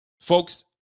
folks